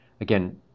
Again